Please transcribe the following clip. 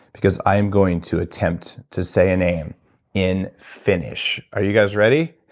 because i'm going to attempt to say a name in finnish. are you guys ready?